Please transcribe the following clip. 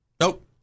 nope